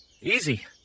Easy